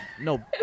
no